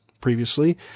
previously